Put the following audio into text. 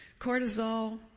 cortisol